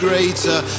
Greater